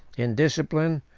in discipline,